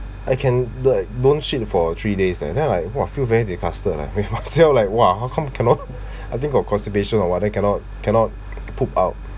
I can don't like don't shit for three days and then I !wah! feel very disgusted disgust [sial] like !wah! how come cannot I think got constipation or what that cannot cannot poop out